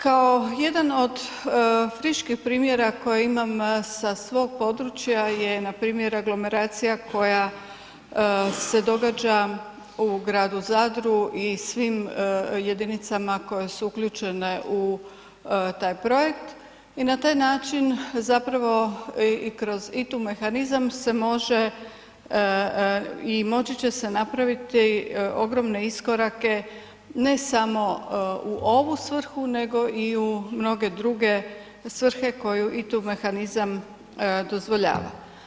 Kao jedan od friških primjera koje imam sa svog područja je npr. aglomeracija koja se događa u gradu Zadru i svim jedinicama koje su uključene u taj projekt i na taj način zapravo i kroz taj mehanizam se može i moći će se napraviti ogromne iskorake ne samo u ovom svrhu nego i u mnoge druge svrhe koje i tu mehanizam dozvoljava.